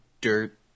dirt